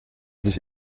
sich